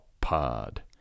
pod